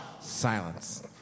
Silence